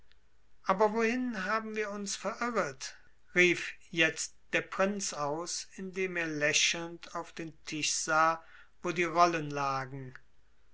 aber wohin haben wir uns verirret rief jetzt der prinz aus indem er lächelnd auf den tisch sah wo die rollen lagen